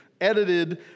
edited